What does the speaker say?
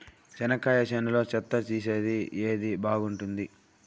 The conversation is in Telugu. చెనక్కాయ చేనులో చెత్త తీసేకి ఏది బాగుంటుంది?